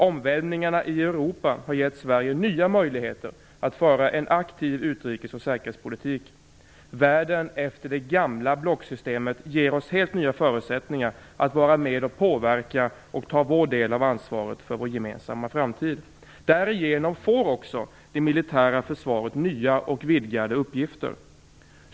Omvälvningarna i Europa har gett Sverige nya möjligheter att föra en aktiv utrikes och säkerhetspolitik. Världen efter det gamla blocksystemet ger oss helt nya förutsättningar att vara med och påverka och ta vår del av ansvaret för vår gemensamma framtid. Därigenom får också det militära försvaret nya och vidgade uppgifter.